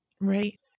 Right